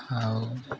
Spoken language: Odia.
ଆଉ